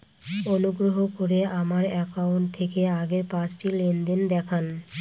অনুগ্রহ করে আমার অ্যাকাউন্ট থেকে আগের পাঁচটি লেনদেন দেখান